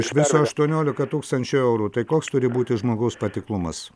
iš viso aštuoniolika tūkstančių eurų tai koks turi būti žmogaus patiklumas